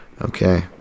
Okay